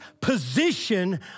position